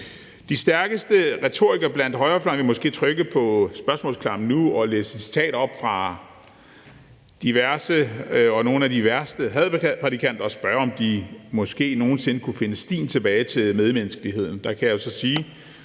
De stærkeste retorikere på højrefløjen vil måske trykke på spørgsmålsknappen nu og læse et citat op fra diverse og nogle af de værste hadprædikanter og spørge, om de måske nogen sinde kunne finde stien tilbage til medmenneskeligheden. Der kan jeg jo så sige,